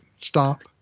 Stop